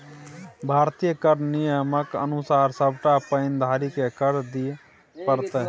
भारतीय कर नियमक अनुसार सभटा पैन धारीकेँ कर दिअ पड़तै